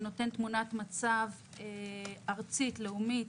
שנותן תמונת מצב ארצית לאומית,